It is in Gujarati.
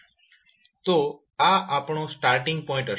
તો આ આપણો સ્ટાર્ટીંગ પોઇન્ટ હશે